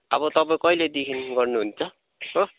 अब तपाईँ कहिलेदेखि गर्नुहुन्छ हो